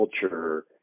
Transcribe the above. culture